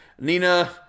Nina